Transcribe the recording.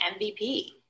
MVP